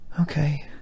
okay